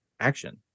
action